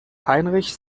heinrich